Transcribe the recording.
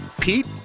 Pete